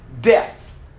death